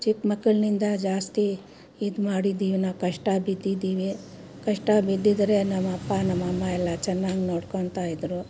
ಚಿಕ್ಕಮಕ್ಕಳ್ನಿಂದ ಜಾಸ್ತಿ ಇದು ಮಾಡಿದ್ದೀವಿ ನಾವು ಕಷ್ಟ ಬಿದ್ದಿದ್ದೀವಿ ಕಷ್ಟ ಬಿದ್ದಿದ್ರೆ ನಮ್ಮಅಪ್ಪ ನಮ್ಮಅಮ್ಮ ಎಲ್ಲ ಚೆನ್ನಾಗ್ ನೋಡಿಕೊಂತಾಯಿದ್ರು